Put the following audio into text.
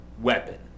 weapon